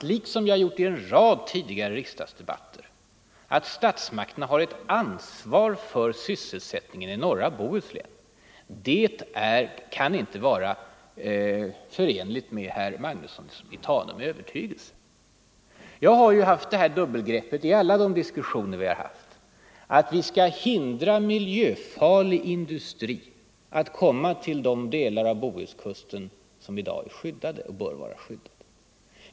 Nu, liksom i en rad tidigare riksdagsdebatter, har jag slagit fast att statsmakterna har ett stort ansvar för sysselsättningen i norra Bohuslän. Jag har ju haft det här dubbelgreppet i alla de diskussioner vi har fört; vi skall hindra miljöfarlig industri att komma till de delar av Bohuskusten som i dag är skyddade och bör vara skyddade.